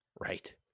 Right